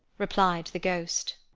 replied the ghost.